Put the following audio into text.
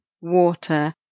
water